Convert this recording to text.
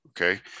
Okay